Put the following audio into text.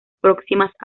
próximas